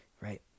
right